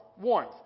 Warmth